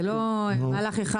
זה לא מהלך אחד.